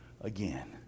again